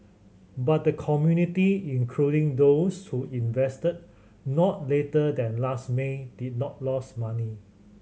but the community including those who invested not later than last May did not lost money